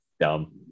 dumb